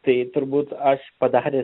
tai turbūt aš padaręs